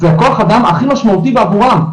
זה הכוח אדם הכי משמעותי בעבורם,